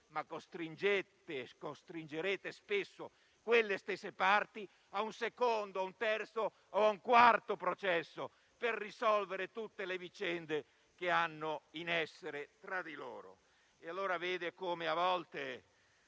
ma costringerete spesso quelle stesse parti a un secondo, un terzo o un quarto processo, per risolvere tutte le vicende che hanno in essere tra di loro. Vede come a volte,